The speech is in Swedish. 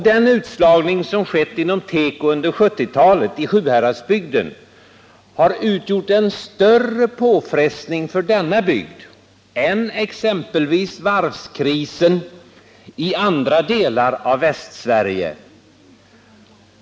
Den utslagning som skett inom teko under 1970-talet i Sjuhäradsbygden har utgjort en större påfrestning för denna bygd än exempelvis varvskrisen utgjorde i andra delar av Västsverige.